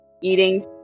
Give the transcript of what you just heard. eating